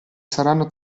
saranno